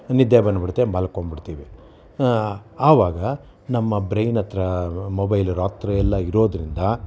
ನಿದ್ದೆ ಬಂದ್ಬಿಡುತ್ತೆ ಮಲ್ಕೊಂಬಿಡ್ತೀವಿ ಆವಾಗ ನಮ್ಮ ಬ್ರೈನ್ ಹತ್ತಿರ ಮೊಬೈಲ್ ರಾತ್ರಿಯೆಲ್ಲ ಇರೋದ್ರಿಂದ